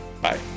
Bye